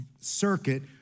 circuit